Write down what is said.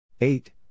Eight